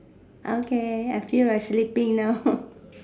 okay I feel like sleeping now